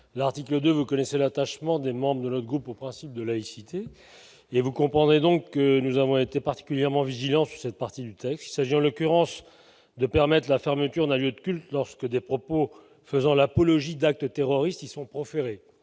l'article de vous connaissez l'attachement des membres de leur groupe au principe de laïcité et vous comprendrez donc que nous avons été particulièrement vigilants sur cette partie du texte, il s'agit en l'occurrence de permettent la fermeture d'un lieu de culte lorsque des propos faisant l'apologie d'actes terroristes qui sont proférées,